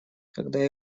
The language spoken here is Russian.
когда